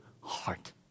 heart